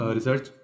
Research